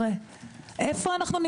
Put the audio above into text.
כי בסופו של דבר, אם אנחנו נפגע